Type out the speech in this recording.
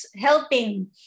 helping